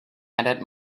edit